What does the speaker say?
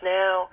now